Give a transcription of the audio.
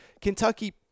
Kentucky